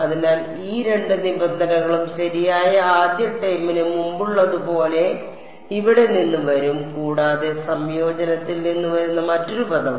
അതിനാൽ ഈ രണ്ട് നിബന്ധനകളും ശരിയായ ആദ്യ ടേമിന് മുമ്പുള്ളതുപോലെ ഇവിടെ നിന്ന് വരും കൂടാതെ സംയോജനത്തിൽ നിന്ന് വരുന്ന മറ്റൊരു പദവും